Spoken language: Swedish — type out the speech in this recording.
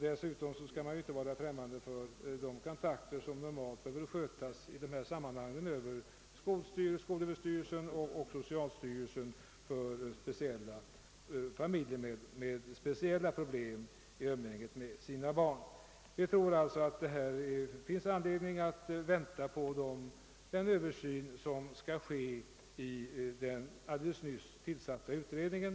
Dessutom skall man inte vara främmande för de kontakter som normalt bör skötas över skolöverstyrelsen och socialstyrelsen för familjer som har speciella problem i umgänget med sina barn. Det finns alltså anledning att vänta på den översyn som skall göras av den alldeles nyss tillsatta utredningen.